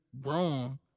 wrong